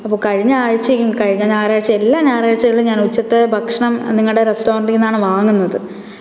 അപ്പോള് കഴിഞ്ഞ ആഴ്ചയും കഴിഞ്ഞ ഞായറാഴ്ചയും എല്ലാ ഞായറാഴ്ചകളിലും ഞാൻ ഉച്ചത്തെ ഭക്ഷണം നിങ്ങടെ റെസ്റ്റോറൻറ്റിന്നാണ് വാങ്ങുന്നത്